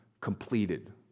completed